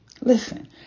Listen